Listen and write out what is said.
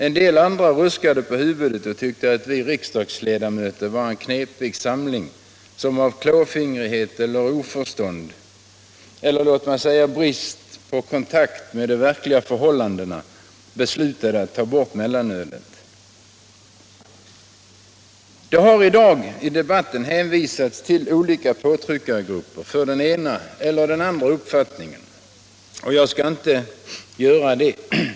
En del andra ruskade på huvudet och tyckte att vi riksdagsledamöter var en knepig samling, som av klåfingrighet eller oförstånd —- eller låt mig säga brist på kontakt med de verkliga förhållandena — beslutade att ta bort mellanölet. I dagens debatt har man talat om olika påtryckargrupper för den ena eller andra uppfattningen. Jag skall inte göra det.